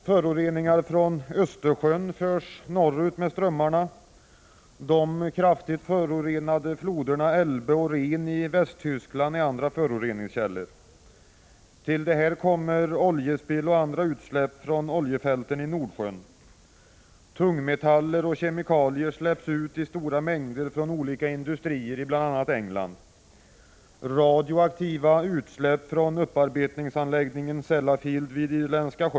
Föroreningar från Östersjön förs norrut med strömmarna. De kraftigt förorenade floderna Elbe och Rhen i Västtyskland är andra föroreningskällor. Till detta kommer oljespill och andra utsläpp från oljefälten i Nordsjön. Tungmetaller och kemikalier släpps ut i stora mängder från olika industrier i bl.a. England. Radioaktiva utsläpp från upparbetningsanläggningen Sellafield vid Irländska — Prot.